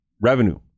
revenue